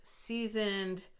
seasoned